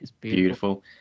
Beautiful